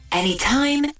anytime